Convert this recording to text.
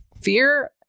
fear